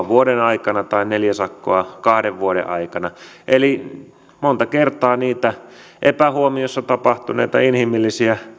vuoden aikana kolme sakkoa tai kahden vuoden aikana neljä sakkoa eli monta kertaa niitä epähuomiossa tapahtuneita inhimillisiä